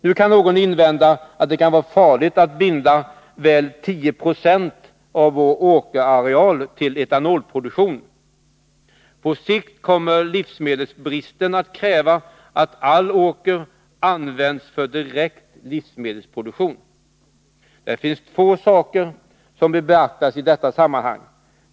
Nu kan någon invända att det kan vara farligt att binda väl 10 96 av vår åkerareal till etanolproduktion. På sikt kommer livsmedelsbristen att kräva att all åker används för direkt livsmedelsproduktion. Det finns två saker som bör beaktas i detta sammanhang.